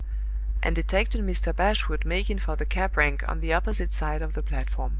and detected mr. bashwood making for the cab-rank on the opposite side of the platform.